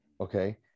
Okay